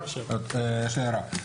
לי הערה: